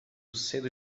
cedo